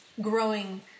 growing